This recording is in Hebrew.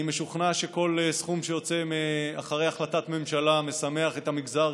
אני משוכנע שכל סכום שיוצא אחרי החלטת ממשלה משמח את המגזר,